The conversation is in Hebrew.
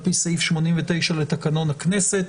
על פי סעיף 89 לתקנון הכנסת.